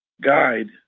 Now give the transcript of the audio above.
guide